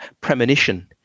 premonition